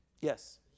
Yes